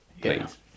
Please